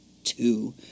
two